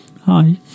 Hi